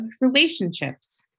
relationships